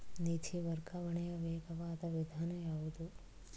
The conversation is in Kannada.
ನಿಧಿ ವರ್ಗಾವಣೆಯ ವೇಗವಾದ ವಿಧಾನ ಯಾವುದು?